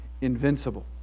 invincible